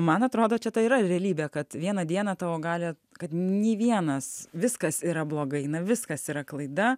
man atrodo čia ta yra realybė kad vieną dieną tavo gali kad nei vienas viskas yra blogai na viskas yra klaida